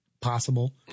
possible